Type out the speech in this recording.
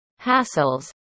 hassles